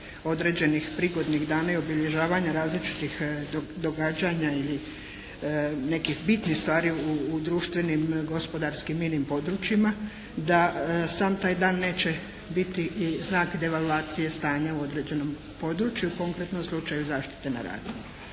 određenih prigodnih dana i obilježavanja različitih događanja ili nekih bitnih stvari u društvenim, gospodarskim, inim područjima da sam taj dan neće biti i znak devaloacije stanja u određenom području, u konkretnom slučaju zaštite na radu.